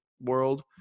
world